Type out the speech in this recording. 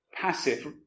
passive